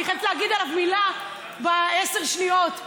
אני חייבת להגיד עליו מילה בעשר שניות,